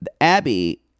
Abby